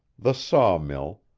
the saw-mill,